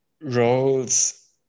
roles